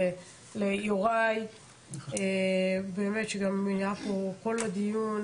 מודה ליוראי שגם היה פה כל הדיון,